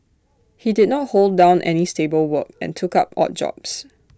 he did not hold down any stable work and took up odd jobs